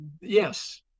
yes